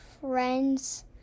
friends